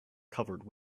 covered